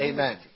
Amen